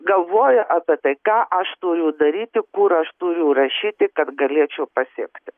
galvoju apie tai ką aš turiu daryti kur aš turiu rašyti kad galėčiau pasiekti